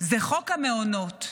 חוק המעונות,